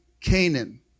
Canaan